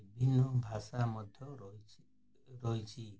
ବିଭିନ୍ନ ଭାଷା ମଧ୍ୟ ରହିଛି ରହିଛି